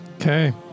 Okay